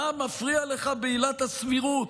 מה מפריע לך בעילת הסבירות?